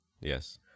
Yes